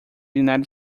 united